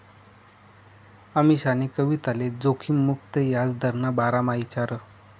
अमीशानी कविताले जोखिम मुक्त याजदरना बारामा ईचारं